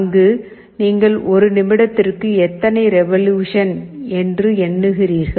அங்கு நீங்கள் ஒரு நிமிடத்திற்கு எத்தனை ரெவொலுஷன் என்று எண்ணுகிறீர்கள்